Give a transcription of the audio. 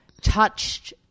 touched